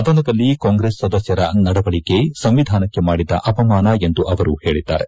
ಸದನದಲ್ಲಿ ಕಾಂಗ್ರೆಸ್ ಸದಸ್ತರ ನಡವಳಿಕೆ ಸಂವಿಧಾನಕ್ಕೆ ಮಾಡಿದ ಅಪಮಾನ ಎಂದು ಅವರು ಹೇಳಿದ್ದಾರೆ